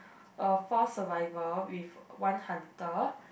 uh four survivor with one hunter